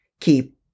Keep